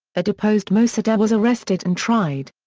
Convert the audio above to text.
a deposed mosaddegh was arrested and tried.